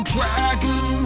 Dragon